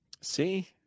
See